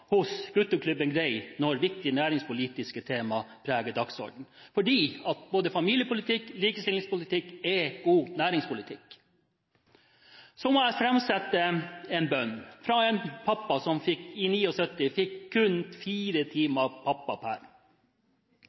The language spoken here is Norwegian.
hos «gutteklubben Grei» når viktige næringspolitiske tema preger dagsordenen, fordi at både familiepolitikk og likestillingspolitikk er god næringspolitikk. Så må jeg framsette en bønn fra en pappa som i 1979 fikk kun fire timer